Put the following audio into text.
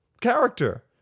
character